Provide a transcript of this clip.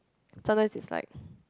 sometimes it's like